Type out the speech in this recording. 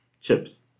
chips